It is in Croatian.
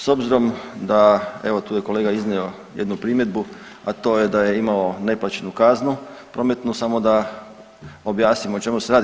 S obzirom da evo tu je kolega iznio jednu primjedbu, a to je da je imao neplaćenu kaznu prometnu, samo da objasnim o čemu se radi.